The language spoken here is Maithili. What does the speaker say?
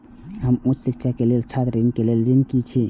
हम उच्च शिक्षा के लेल छात्र ऋण के लेल ऋण छी की ने?